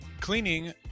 Cleaning